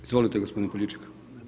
Izvolite, gospodine Poljičak.